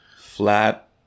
flat